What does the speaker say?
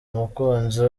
umukunzi